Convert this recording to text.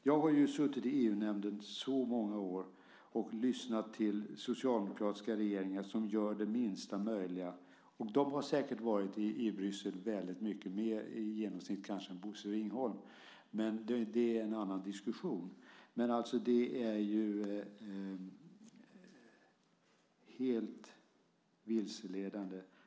Jag har suttit i EU-nämnden så många år och lyssnat till socialdemokratiska regeringar som gjort det minsta möjliga. De har kanske varit i Bryssel väldigt mycket mer i genomsnitt än Bosse Ringholm, men det är en annan diskussion. Men det här är helt vilseledande.